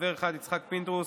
חבר אחד: יצחק פינדרוס,